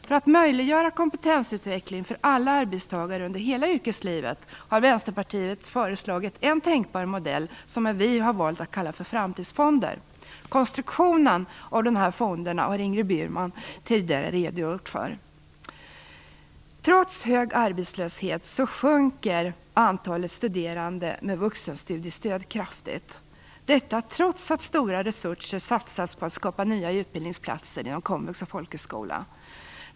För att möjliggöra kompetensutveckling för alla arbetstagare under hela yrkeslivet har Vänsterpartiet föreslagit en tänkbar modell som vi har valt att kalla för framtidsfonder. Konstruktionen av de här fonderna har Ingrid Burman tidigare redogjort för. Trots hög arbetslöshet sjunker antalet studerande med vuxenstudiestöd kraftigt. Detta trots att stora resurser satsats på att skapa nya utbildningsplatser inom komvux och folkhögskola.